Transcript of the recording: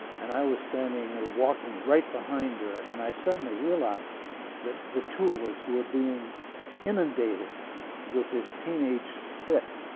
and i was standing or walking right behind her and i suddenly realized that the two of us were being inundated with this teenage spit.